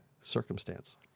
circumstance